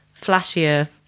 flashier